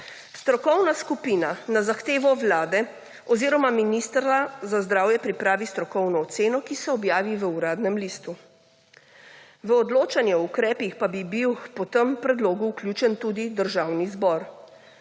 Strokovna skupina na zahtevo Vlade oziroma ministra za zdravje pripravi strokovno oceno, ki se objavi v Uradnem listu. V odločanje o ukrepih pa bi bil po tem predlogu vključen tudi Državni zbor.